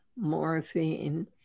morphine